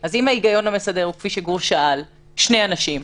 אז אם ההיגיון המסדר הוא כפי שגור שאל, שני אנשים,